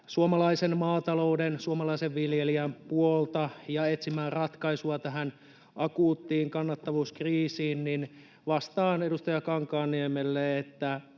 suomalaisen maatalouden, suomalaisen viljelijän, puolta ja etsimään ratkaisua tähän akuuttiin kannattavuuskriisiin. Vastaan edustaja Kankaanniemelle, että